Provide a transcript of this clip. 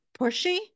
pushy